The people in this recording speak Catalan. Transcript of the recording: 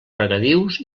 regadius